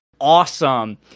awesome